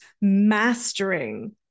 mastering